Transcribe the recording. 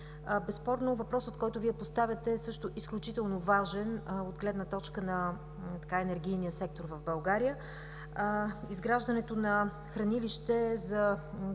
Безспорно въпросът, който Вие поставяте, също е изключително важен от гледна точка на енергийния сектор в България. Изграждането на хранилище за този